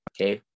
okay